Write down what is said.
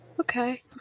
Okay